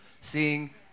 seeing